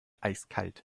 eiskalt